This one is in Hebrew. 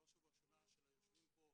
ובראש ובראשונה של היושבים פה,